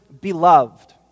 beloved